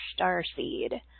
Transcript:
starseed